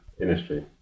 industry